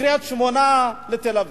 מקריית-שמונה לתל-אביב,